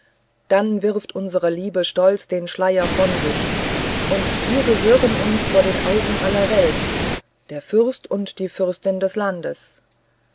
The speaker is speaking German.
dann wirft unsere liebe stolz den schleier von sich und wir gehören uns vor den augen aller welt der fürst und die fürstin des landes